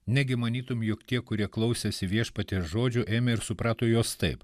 negi manytum jog tie kurie klausėsi viešpaties žodžių ėmė ir suprato juos taip